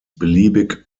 beliebig